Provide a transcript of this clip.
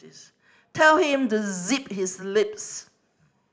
this tell him to zip his lip